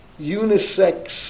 unisex